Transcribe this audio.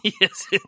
Yes